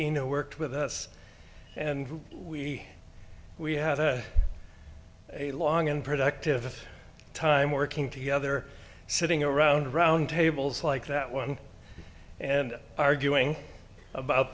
a worked with us and we we had a long and productive time working together sitting around round tables like that one and arguing about